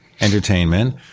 Entertainment